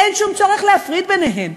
אין שום צורך להפריד ביניהן.